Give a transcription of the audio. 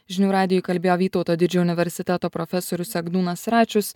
žinių radijui kalbėjo vytauto didžiojo universiteto profesorius egdūnas račius